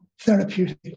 therapeutic